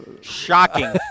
Shocking